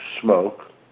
smoke